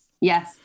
Yes